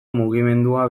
mugimendua